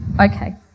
Okay